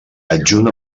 adjunt